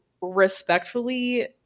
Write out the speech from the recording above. respectfully